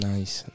Nice